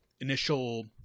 initial